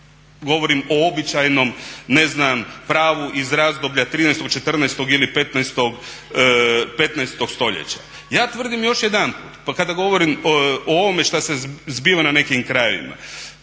govorim o običajnom pravu iz razdoblja 13, 14 ili 15 st. Ja tvrdim još jedanput, pa kada govorim o ovome šta se zbiva na nekim krajevima